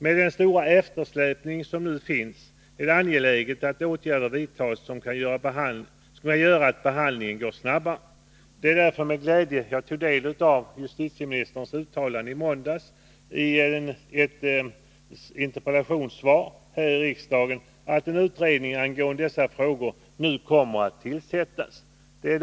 Den nuvarande stora eftersläpningen gör det angeläget att vidta åtgärder som gör att behandlingen går snabbare. Det var därför med glädje som jag tog del av justitieministerns uttalande i ett interpellationssvar i måndags här i kammaren om att en utredning angående dessa frågor nu kommer att tillsättas.